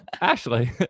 Ashley